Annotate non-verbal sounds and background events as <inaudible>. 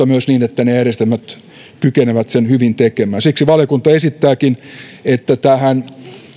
<unintelligible> myös niin että ne järjestelmät kykenevät sen hyvin tekemään siksi valiokunta esittääkin että tähän